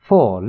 Four